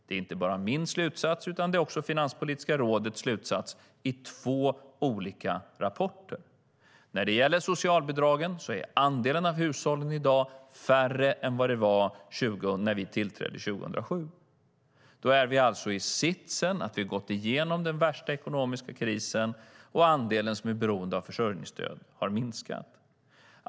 Det är inte bara min slutsats utan också Finanspolitiska rådets slutsats i två olika rapporter. När det gäller socialbidragen är andelen hushåll som får del av dem färre än det var när vi tillträdde 2007. Då är vi alltså i sitsen att vi har gått igenom den värsta ekonomiska krisen, och andelen som är beroende av försörjningsstöd har minskat.